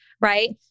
right